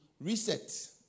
reset